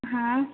हाँ